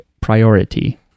Priority